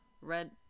Red